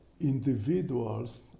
individuals